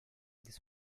this